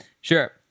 Sure